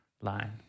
line